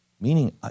Meaning